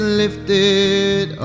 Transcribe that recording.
lifted